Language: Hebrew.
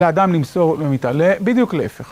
לאדם למסור ומתעלה בדיוק להפך.